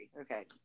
Okay